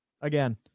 again